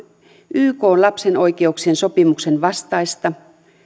ykn lapsen oikeuksien sopimuksen vastaista